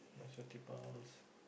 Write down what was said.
also depends